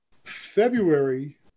February